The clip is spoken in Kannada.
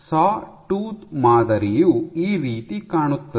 ಸಾ ಟೂತ್ ಮಾದರಿಯು ಈ ರೀತಿ ಕಾಣುತ್ತದೆ